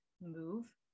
move